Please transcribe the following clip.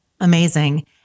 Amazing